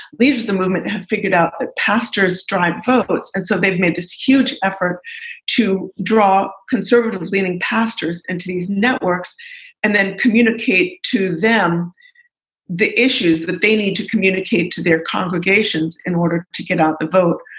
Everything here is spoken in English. leaves the movement and have figured out the ah pastors drive votes. and so they've made this huge effort to draw conservative leaning pastors into these networks and then communicate to them the issues that they need to communicate to their congregations in order to get out the vote.